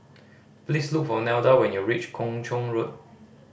please look for Nelda when you reach Kung Chong Road